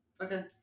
Okay